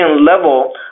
level